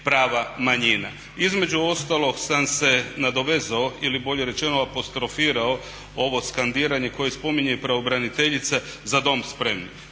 prava manjina. Između ostalog sam se nadovezao ili bolje rečeno apostrofirao ovo skandiranje koje spominje i pravobraniteljica "Za dom spremni".